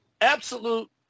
absolute